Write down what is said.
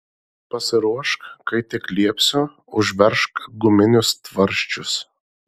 pasiruošk kai tik liepsiu užveržk guminius tvarsčius